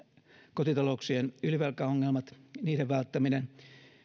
kotitalouksien ylivelkaongelmat ja niiden välttäminen